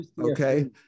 Okay